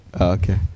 Okay